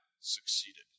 succeeded